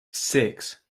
six